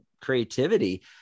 creativity